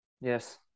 Yes